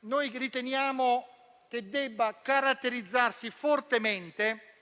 riteniamo debba caratterizzarsi fortemente